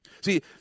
See